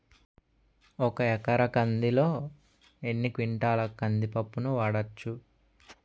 ఒక ఎకర కందిలో ఎన్ని క్వింటాల కంది పప్పును వాడచ్చు?